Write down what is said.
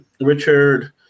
Richard